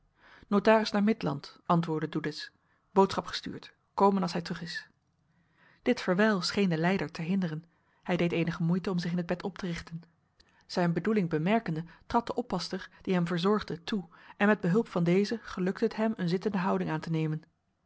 notaris naar midland antwoordde doedes boodschap gestuurd komen als hij terug is dit verwijl scheen den lijder te hinderen hij deed eenige moeite om zich in t bed op te richten zijn bedoeling bemerkende trad de oppasster die hem verzorgde toe en met behulp van deze gelukte het hem een zittende houding aan te nemen